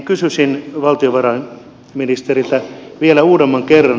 kysyisin valtiovarainministeriltä vielä uudemman kerran